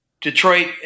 Detroit